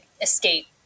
escape